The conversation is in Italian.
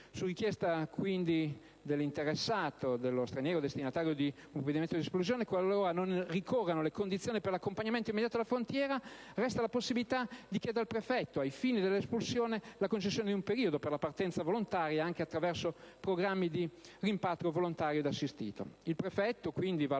Su richiesta, quindi, dell'interessato, dello straniero destinatario di un provvedimento di espulsione, qualora non ricorrano le condizioni per l'accompagnamento immediato alla frontiera, resta la possibilità di chiedere al prefetto, ai fini dell'espulsione, la concessione di un periodo per la partenza volontaria, anche attraverso programmi di rimpatrio volontario e assistito. Il prefetto, quindi,